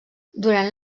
durant